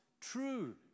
true